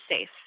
safe